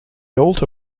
altar